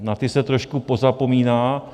Na ty se trošku pozapomíná.